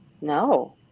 no